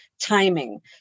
timing